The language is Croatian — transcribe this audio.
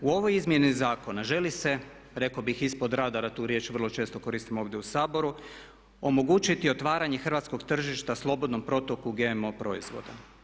U ovoj izmjeni zakona želi se, rekao bih ispod radara tu riječ vrlo često koristimo ovdje u Saboru omogućiti otvaranje hrvatskog tržišta slobodnom protoku GMO proizvoda.